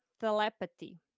Telepathy